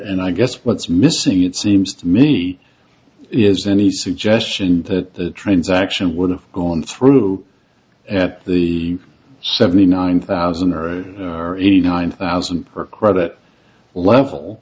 and i guess what's missing it seems to me is any suggestion that the transaction would have gone through at the seventy nine thousand or eight or eighty nine thousand per credit level